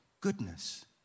goodness